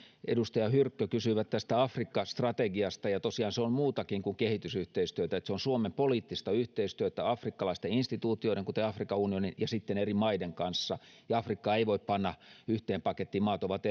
edustaja hyrkkö kysyivät tästä afrikka strategiasta ja tosiaan se on muutakin kuin kehitysyhteistyötä se on suomen poliittista yhteistyötä afrikkalaisten instituutioiden kuten afrikan unionin ja eri maiden kanssa afrikkaa ei voi panna yhteen pakettiin maat ovat